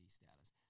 status